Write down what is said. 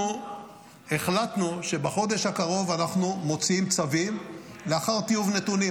החלטנו שבחודש הקרוב נוציא צווים לאחר טיוב נתונים.